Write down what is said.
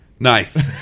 Nice